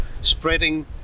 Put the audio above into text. spreading